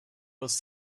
was